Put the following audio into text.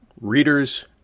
readers